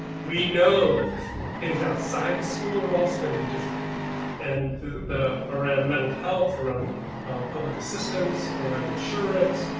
we know that the things outside the school are also going to be different and the around mental health around public assistance around insurance.